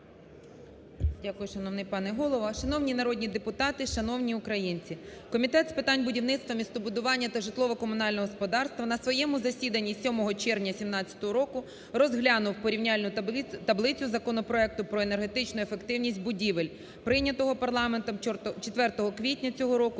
Дякую, шановний пане Голово. Шановні народні депутати! Шановні українці! Комітет з питань будівництва, містобудування та житлово-комунального господарства на своєму засіданні 7 червня 2017 року розглянув порівняльну таблицю законопроекту про енергетичну ефективність будівель прийнятого парламентом 4 квітня цього року